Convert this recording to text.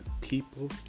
people